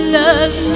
love